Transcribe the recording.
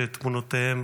שתמונותיהם